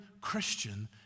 Christian